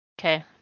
Okay